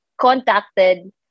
contacted